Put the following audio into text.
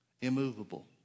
Immovable